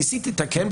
ניסיתי לתקן.